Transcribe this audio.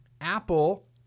Apple